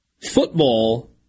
football